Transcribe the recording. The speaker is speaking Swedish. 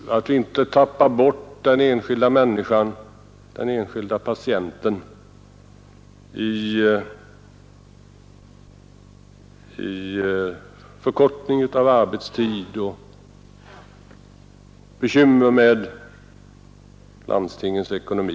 Man får inte 63 tappa bort den enskilda patienten i förkortning av arbetstid och bekymmer med landstingens ekonomi.